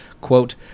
Quote